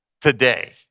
today